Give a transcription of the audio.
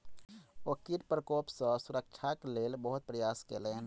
ओ कीट प्रकोप सॅ सुरक्षाक लेल बहुत प्रयास केलैन